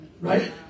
right